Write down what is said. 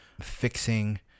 fixing